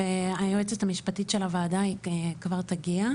היועצת המשפטית של הוועדה כבר תגיע.